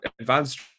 advanced